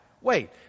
wait